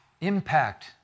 impact